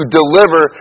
deliver